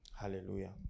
hallelujah